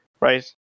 right